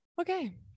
Okay